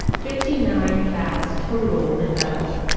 fifty nine cabs total in bethel.